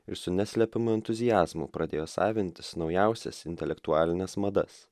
ir su neslepiamu entuziazmu pradėjo savintis naujausias intelektualines madas